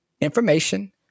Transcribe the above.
information